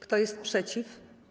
Kto jest przeciw?